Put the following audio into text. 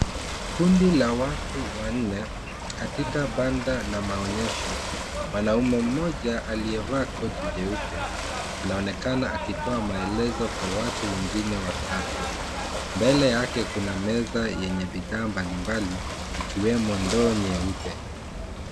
Kundi la watu wanne katika banda la maonyesho. Mwanaume mmoja aliyeva koti jeupe, anonekana akitoa maelezo kwa watu wengine watatu. Mbele yake kuna meza yenye bidhaa mbali mbali ikiwemo ndoo nyeupe.